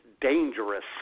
dangerous